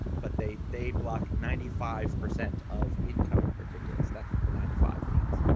but they they block ninety five percent of incoming particulates. that's what the ninety five means.